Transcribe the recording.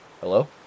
Hello